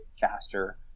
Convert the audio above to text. faster